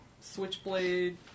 Switchblade